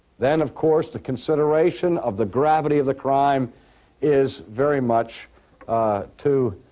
then of course the consideration of the gravity of the crime is very much to